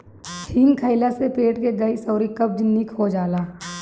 हिंग खइला से पेट के गैस अउरी कब्ज निक हो जाला